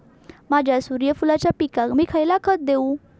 माझ्या सूर्यफुलाच्या पिकाक मी खयला खत देवू?